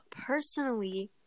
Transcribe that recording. personally